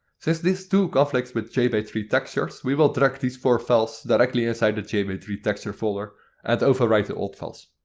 since this too conflicts with j b three textures we will drag these four files directly inside the j b three texture folder and overwrite the old files.